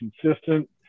consistent